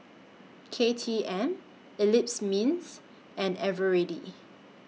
K T M Eclipse Mints and Eveready